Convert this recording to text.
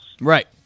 Right